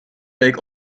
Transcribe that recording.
week